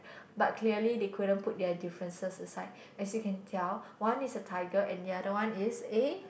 but clearly they couldn't put their differences aside as you can tell one is a tiger and the other one is a